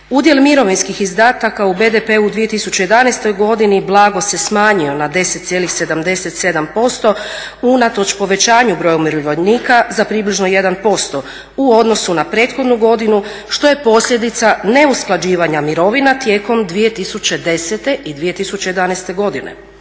Udjel mirovinskih izdataka u BDP-u u 2011.godini blago se smanjio na 10,77% unatoč povećanju broja umirovljenika za približno 1% u odnosu na prethodnu godinu što je posljedica ne usklađivanja mirovina tijekom 2010.i 2011.godine.